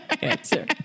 answer